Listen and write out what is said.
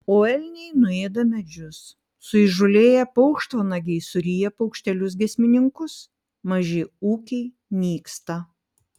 o elniai nuėda medžius suįžūlėję paukštvanagiai suryja paukštelius giesmininkus maži ūkiai nyksta